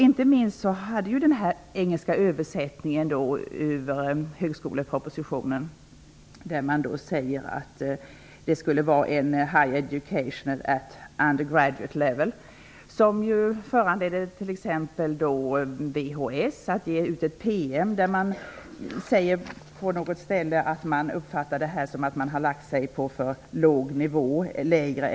Inte minst stödde man sig på den engelska översättningen av högskolepropositionen, där det anges att det skulle vara fråga om ''a high educational undergraduate level''. Detta föranledde t.ex. VHS att ge ut en PM, där man bl.a. framhåller att man uppfattar det så, att en lägre nivå än avsett anges.